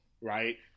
right